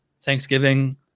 Thanksgiving